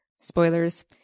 spoilers